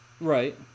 Right